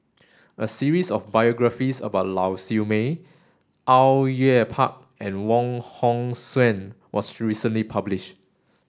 a series of biographies about Lau Siew Mei Au Yue Pak and Wong Hong Suen was recently publish